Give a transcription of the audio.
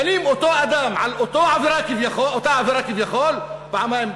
דנים אותו אדם על אותה עבירה כביכול פעמיים,